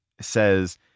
says